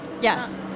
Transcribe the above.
Yes